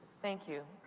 thank you.